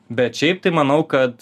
bet šiaip tai manau kad